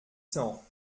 cent